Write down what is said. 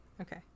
Okay